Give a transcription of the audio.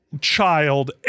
child